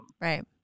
right